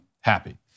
happy